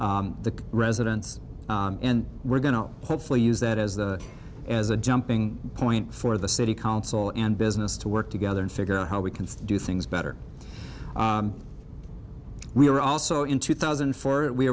the residents and we're going to hopefully use that as the as a jumping point for the city council and business to work together and figure out how we can do things better we were also in two thousand and four we